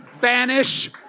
banish